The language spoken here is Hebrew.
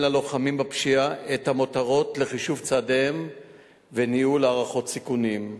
ללוחמים בפשיעה המותרות של חישוב צעדיהם וניהול הערכות סיכונים.